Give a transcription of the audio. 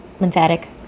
lymphatic